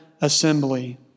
assembly